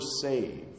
saved